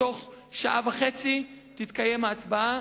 בתוך שעה וחצי תתקיים ההצבעה,